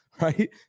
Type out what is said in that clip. right